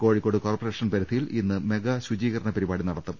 Kozhikode corporation പരിധിയിൽ ഇന്ന് mega ശുചീ കരണ പരിപാടി നടത്തും